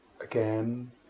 again